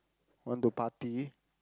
want to party